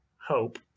hope